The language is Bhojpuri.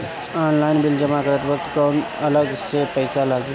ऑनलाइन गैस बिल जमा करत वक्त कौने अलग से पईसा लागी?